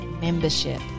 membership